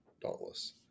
Dauntless